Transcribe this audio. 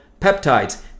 peptides